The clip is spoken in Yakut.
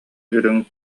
үрүҥ